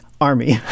army